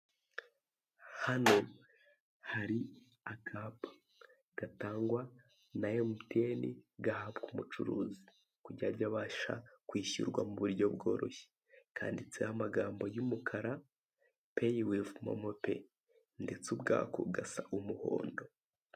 Hano hari akapa gatangwa na emutiyeni gahabwa umucuruzi kugira ngo age abasha kwishyurwa mu buryo bworoshye kanditseho amagambo y'umukara peyi wivu momo peyi ndetse ubwako gasa umuhondo.